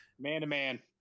Man-to-man